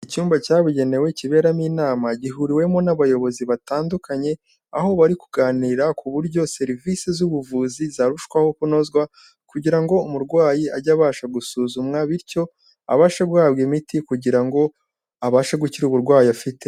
Icyumba cyabugenewe kiberamo inama gihuriwemo n'abayobozi batandukanye aho bari kuganira ku buryo serivisi z'ubuvuzi zarushaho kunozwa, kugira ngo umurwayi ajye abasha gusuzumwa bityo abashe guhabwa imiti kugira ngo abashe gukira uburwayi afite.